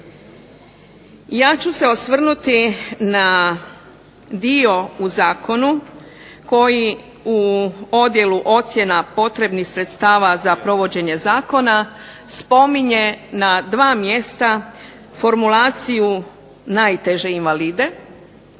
Ja ću se osvrnuti na dio u zakonu koji u odjelu ocjena potrebnih sredstava za provođenje zakona spominje na dva mjesta formulaciju najteže invalide,